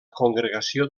congregació